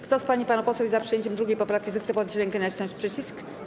Kto z pań i panów posłów jest za przyjęciem 2. poprawki, zechce podnieść rękę i nacisnąć przycisk.